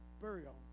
burial